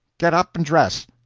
get up and dress!